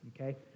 okay